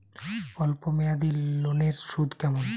অল্প মেয়াদি লোনের সুদ কেমন?